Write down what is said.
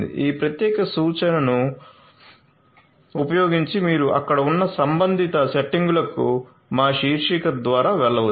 ఈ ప్రత్యేక సూచనను ఉపయోగించి మీరు అక్కడ ఉన్న సంబంధిత సెట్టింగులను మా శీర్షిక ద్వారా వెళ్ళవచ్చు